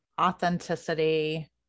authenticity